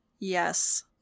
Yes